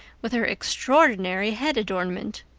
with her extraordinary head adornment.